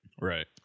Right